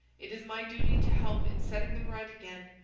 it is my duty to help in setting them right again,